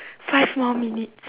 five more minutes